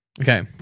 Okay